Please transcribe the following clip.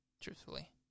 truthfully